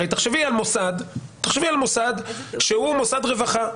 תחשבי על מוסד שהוא מוסד רווחה.